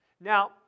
Now